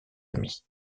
amis